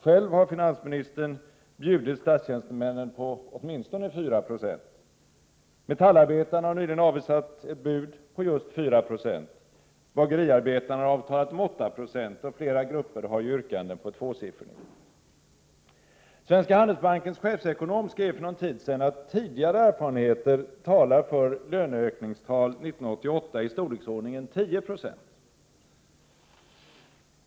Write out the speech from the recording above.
Själv har finansministern bjudit statstjänstemännen på åtminstone 4 96. Metallarbetarna har nyligen avvisat ett bud på just 4 96, bageriarbetarna har avtalat om 8 I och flera grupper har yrkanden på tvåsiffriga höjningar. Svenska Handelsbankens chefekonom skrev för någon tid sedan att tidigare erfarenheter talar för löneökningstal år 1988 i storleksordningen 10 96.